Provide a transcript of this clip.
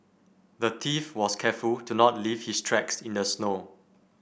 the thief was careful to not leave his tracks in the snow